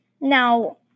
Now